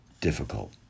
difficult